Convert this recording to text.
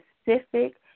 specific